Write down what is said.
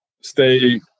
stay